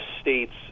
states